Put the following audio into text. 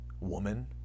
woman